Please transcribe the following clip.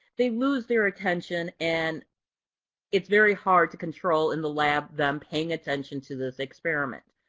they lose their attention and it's very hard to control in the lab them paying attention to this experiment.